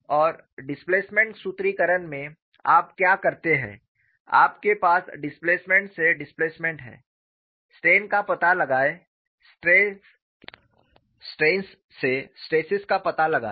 और डिस्प्लेसमेंट सूत्रीकरण में आप क्या करते हैं आपके पास डिस्प्लेसमेंट से डिस्प्लेसमेंट है स्ट्रेन का पता लगाएं स्ट्रेंस से स्ट्रेसेस का पता लगाएं